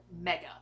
MEGA